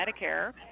Medicare